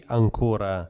ancora